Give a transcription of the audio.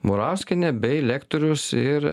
murauskienė bei lektorius ir